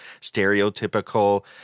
stereotypical